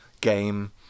game